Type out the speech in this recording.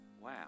Wow